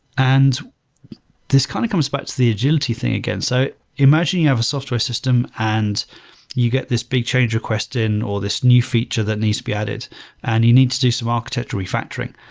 and this kind of comes back to the agility thing again. so imagine you have a software system and you get this big change request in or this new feature that needs to be added and you need to do some architecture refactoring.